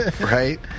Right